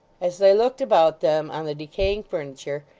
as they looked about them on the decaying furniture,